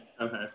Okay